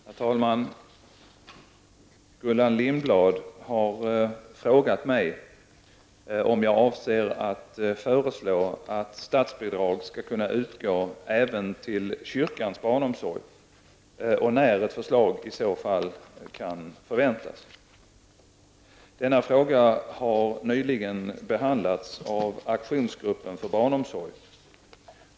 Herr talman! Gullan Lindblad har frågat mig om jag avser att föreslå att statsbidrag skall kunna utgå även till kyrkans barnomsorg och när ett förslag i så fall kan förväntas. Denna fråga har nyligen behandlats av aktionsgruppen för barnomsorg.